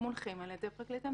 אנחנו מונחים על ידי פרקליט המדינה.